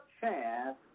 chance